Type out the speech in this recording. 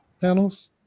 panels